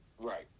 Right